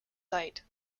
site